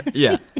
yeah.